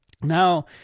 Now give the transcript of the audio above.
Now